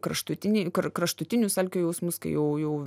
kraštutiniai kraštutinius alkio jausmas kai jau jau